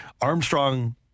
Armstrong